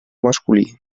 masculí